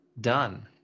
done